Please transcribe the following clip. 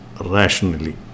rationally